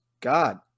God